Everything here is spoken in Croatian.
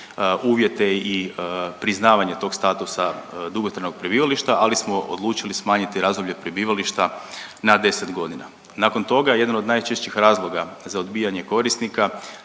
uvjete i priznavanje tog statusa dugotrajnog prebivališta, ali smo odlučili smanjiti razdoblje prebivališta na 10 godina. Nakon toga, jedan od najčešćih razloga za odbijanje korisnika